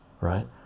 right